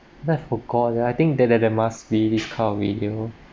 left for god ya I think that there there must be a car video